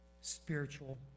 spiritual